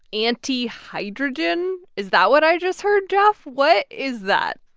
antihydrogen is that what i just heard, geoff? what is that?